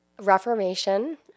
reformation